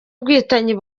ubwicanyi